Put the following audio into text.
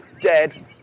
dead